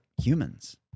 humans